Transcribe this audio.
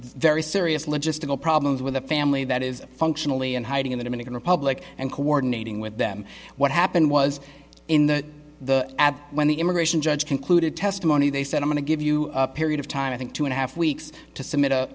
very serious logistical problems with the family that is functionally in hiding in the dominican republic and coordinating with them what happened was in the the ad when the immigration judge concluded testimony they said i want to give you a period of time i think two and a half weeks to submit